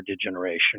degeneration